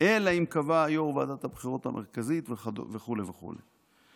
אלא אם קבע יו"ר ועדת הבחירות המרכזית" וכו' וכו'.